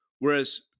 Whereas